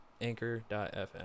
anchor.fm